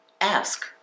ask